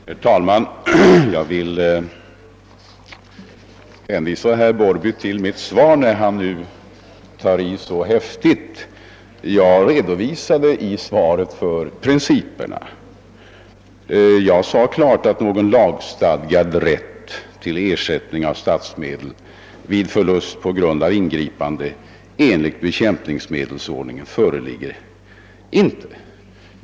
Herr talman! Eftersom herr Larsson i Borrby tar i så häftigt vill jag återigen hänvisa till mitt svar, där jag redovisade principerna och klart deklarerade: »Någon lagstadgad rätt till ersättning av statsmedel vid förlust på grund av ingripande enligt bekämpningsmedelsförordningen föreligger inte.